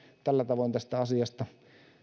tällä tavoin tästä asiasta